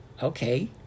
Okay